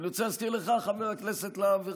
חבר הכנסת להב הרצנו,